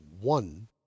one